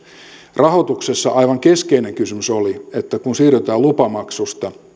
rahoituksessa aivan keskeinen kysymys oli että kun siirrytään lupamaksusta